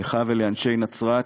לך ולאנשי נצרת.